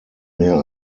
mehr